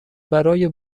برای